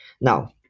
Now